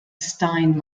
stein